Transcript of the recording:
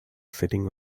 sitting